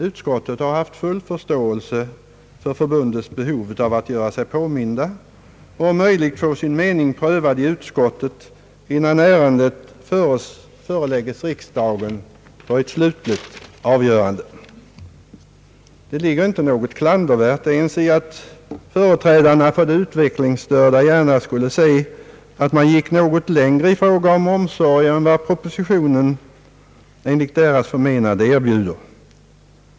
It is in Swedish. Utskottet har haft full förståelse för förbundets behov av att göra sig påmint och om möjligt få sin mening prövad i utskottet, innan ärendet förelagts kamrarna för slutligt avgörande. Det ligger inte något klandervärt i att företrädarna för de utvecklingsstörda gärna skulle vilja se att man gick något längre i fråga om omsorgen än vad propositionen enligt deras förmenande gör.